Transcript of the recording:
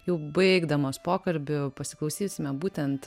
jau baigdamos pokalbį pasiklausysime būtent